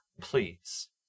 Please